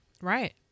Right